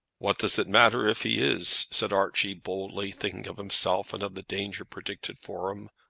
what does it matter if he is? said archie, boldly, thinking of himself and of the danger predicted for him.